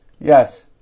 Yes